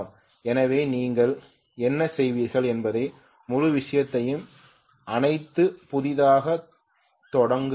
எனவே நீங்கள் என்ன செய்வீர்கள் என்பது முழு விஷயத்தையும் அணைத்து புதிதாகத் தொடங்குங்கள்